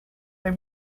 they